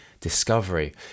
discovery